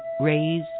raise